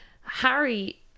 Harry